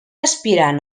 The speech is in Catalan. aspirant